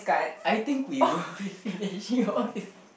I think we will be finishing all these